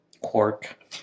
Quark